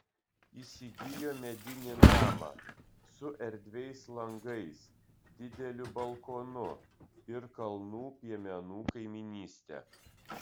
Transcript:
įsigijo medinį namą su erdviais langais dideliu balkonu ir kalnų piemenų kaimynyste